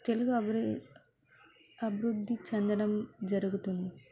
తెలుగు అభివృద్ధి అభివృద్ధి చెందడం జరుగుతుంది